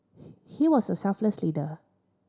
he was a selfless leader